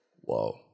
whoa